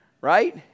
right